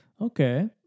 Okay